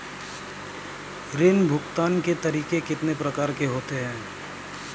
ऋण भुगतान के तरीके कितनी प्रकार के होते हैं?